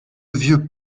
vieux